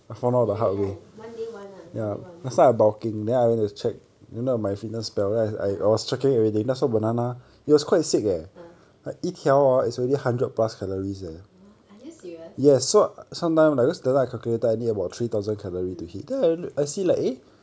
ya ya ya one day one ah one day one ah ah wha~ are you serious mm